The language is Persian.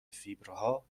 فیبرها